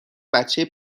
بچه